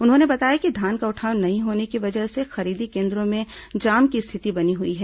उन्होंने बताया कि धान का उठाव नहीं होने की वजह से खरीदी केन्द्रों में जाम की स्थिति बनी हई है